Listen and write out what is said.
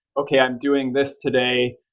okay. i'm doing this today.